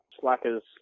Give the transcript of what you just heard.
slackers